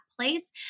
place